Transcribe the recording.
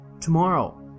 Tomorrow